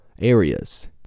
areas